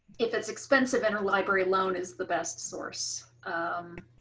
if it's expensive interlibrary loan is the best source. um